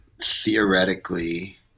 theoretically